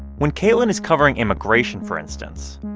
when caitlin is covering immigration, for instance,